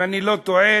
אם אני לא טועה,